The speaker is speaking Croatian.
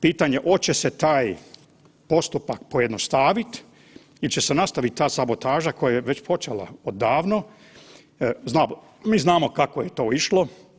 Pitanje oće se taj postupak pojednostavit ili će se nastaviti ta sabotaža koja je već počela odavno, mi znamo kako je to išlo.